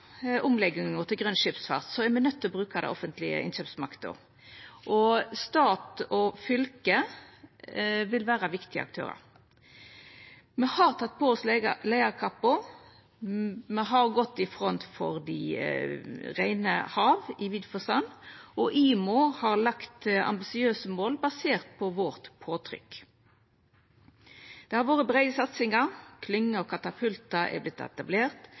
til grøn skipsfart, er me nøydde til å bruka den offentlege innkjøpsmakta. Stat og fylke vil vera viktige aktørar. Me har teke på oss leiarkappa, me har gått i front for dei reine hava i vid forstand, og IMO har lagt ambisiøse mål baserte på vårt påtrykk. Det har vore breie satsingar: Det er etablert klynger og katapultar, det er